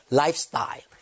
lifestyle